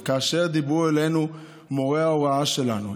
כאשר דיברנו אלינו מורי ההוראה שלנו,